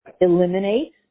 Eliminate